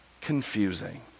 confusing